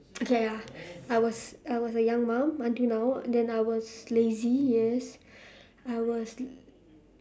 okay ah ya I was I was a young mum until now then I was lazy yes I was